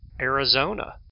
Arizona